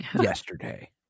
yesterday